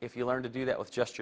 if you learn to do that with just your